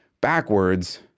backwards